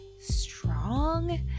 strong